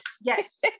Yes